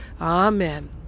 Amen